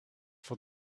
for